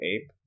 ape